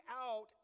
out